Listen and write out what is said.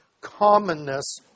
commonness